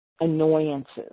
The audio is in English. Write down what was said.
annoyances